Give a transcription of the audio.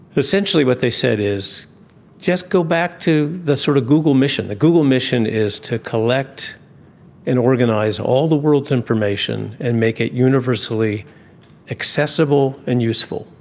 essentially what they said is just go back to the sort of google mission. the google mission is to collect and organise all the world's information and make it universally accessible and useful.